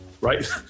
right